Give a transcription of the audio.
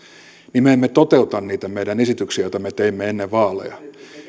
niin me emme toteuta niitä meidän esityksiämme joita me teimme ennen vaaleja